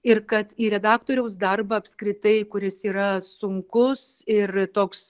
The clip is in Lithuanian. ir kad į redaktoriaus darbą apskritai kuris yra sunkus ir toks